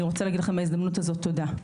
אני רוצה להגיד לכם בהזדמנות הזאת תודה.